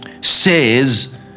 says